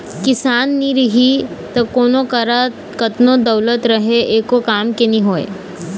किसान नी रही त कोनों करा कतनो दउलत रहें एको काम के नी होय